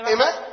Amen